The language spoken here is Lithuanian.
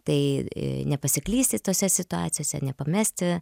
tai nepasiklysti tose situacijose nepamesti